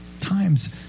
times